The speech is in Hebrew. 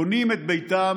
בונים את ביתם,